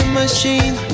machine